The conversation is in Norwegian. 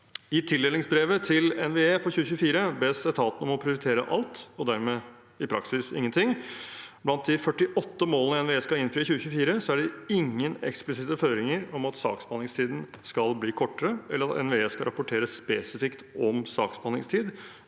I tildelingsbrevet til NVE for 2024 bes etaten om å prioritere alt, og dermed i praksis ingenting. Blant de 48 målene NVE skal innfri i 2024, er det ingen eksplisitte føringer om at saksbehandlingstiden skal bli kortere, eller at NVE skal rapportere spesifikt om saksbehandlingstid,